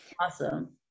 awesome